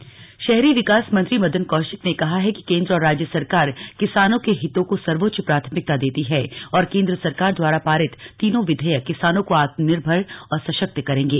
कृशि कानून शहरी विकास मंत्री मदन कौशिक ने कहा है कि केंद्र और राज्य सरकार किसानों के हितों को सर्वोच्च प्राथमिकता देती है और केन्द्र सरकार द्वारा पारित तीनो विधेयक किसानों को आत्मनिर्भर और सशक्त करेगें